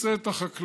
תפצה את החקלאים,